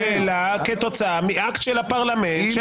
יתרונותיו וחסרונותיו,